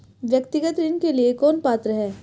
व्यक्तिगत ऋण के लिए कौन पात्र है?